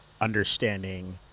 understanding